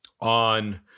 on